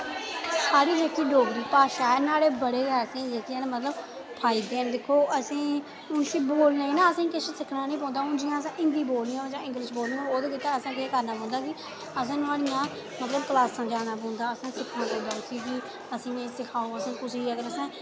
साढ़ी जेह्की डोगरी भाशा ऐ असेंगी बड़ी गै न्हाड़े जेह्के मतलव फायदे न जियां हून असें किश बोलने गी किश सिक्खना नी पौंदा अगर असैं हिन्दी बोलनी होऐ जां इगलिश बोलनी होऐ ओह्दे आस्तै अ सैं केह् करनां पौंदा कि असैं नोहाड़ियैं मतलव कलासैं जाना पौंदा असेंगी सिक्खना पौंदा असेंगी सखाओ मतलव कि असैं